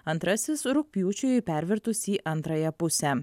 antrasis rugpjūčiui pervirtus į antrąją pusę